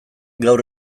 gaur